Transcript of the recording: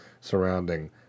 surrounding